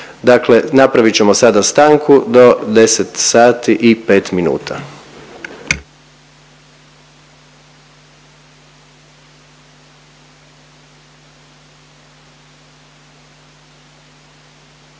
Dakle, napravit ćemo sada stanku do 10,05 sati.